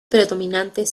predominantes